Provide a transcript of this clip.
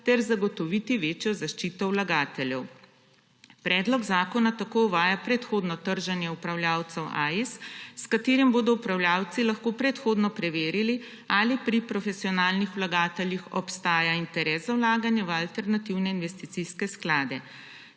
ter zagotoviti večjo zaščito vlagateljev. Predlog zakona tako uvaja predhodno trženje upravljavcev AIS, s katerim bodo upravljavci lahko predhodno preverili, ali pri profesionalnih vlagateljih obstaja interes za vlaganje v alternativne investicijske sklade.